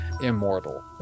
immortal